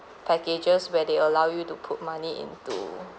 packages where they allow you to put money into